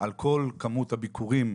כשאני אומר "טיפול"